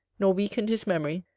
nor weakened his memory,